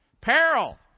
Peril